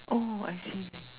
oh I see